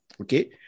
Okay